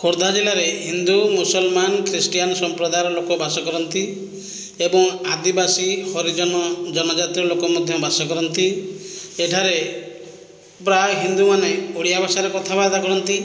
ଖୋର୍ଦ୍ଧା ଜିଲ୍ଲାରେ ହିନ୍ଦୁ ମୁସଲମାନ୍ ଖ୍ରୀଷ୍ଟିୟାନ୍ ସମ୍ପ୍ରଦାୟର ଲୋକ ବାସ କରନ୍ତି ଏବଂ ଆଦିବାସୀ ହରିଜନ ଜନଜାତିର ଲୋକ ମଧ୍ୟ ବାସ କରନ୍ତି ଏଠାରେ ପ୍ରାୟ ହିନ୍ଦୁମାନେ ଓଡ଼ିଆ ଭାଷାରେ କଥାବାର୍ତ୍ତା କରନ୍ତି